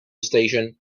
station